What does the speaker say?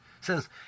says